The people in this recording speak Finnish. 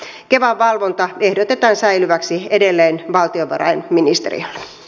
kevan valvonta ehdotetaan säilyväksi edelleen valtiovarainministeriöllä